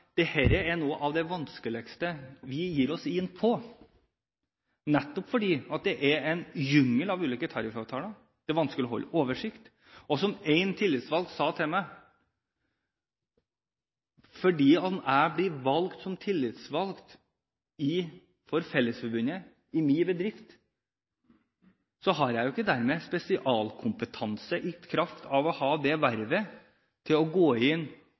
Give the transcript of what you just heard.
er noe av det vanskeligste en gir seg inn på, nettopp fordi det er en jungel av ulike tariffavtaler, det er vanskelig å holde oversikt. Som en tillitsvalgt sa til meg: Fordi jeg i min bedrift blir tillitsvalgt i Fellesforbundet, har jeg ikke i kraft av å ha det vervet dermed spesialkompetanse til å gå inn